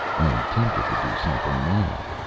i'm tempted to do something now,